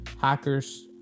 hackers